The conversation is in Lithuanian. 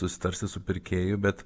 susitarsi su pirkėju bet